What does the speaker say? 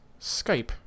Skype